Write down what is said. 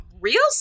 real